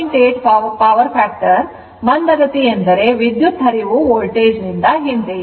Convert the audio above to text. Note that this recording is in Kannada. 8 power factor ಮಂದಗತಿ ಎಂದರೆ ವಿದ್ಯುತ್ ಹರಿವು ವೋಲ್ಟೇಜ್ ನಿಂದ ಹಿಂದೆ ಇದೆ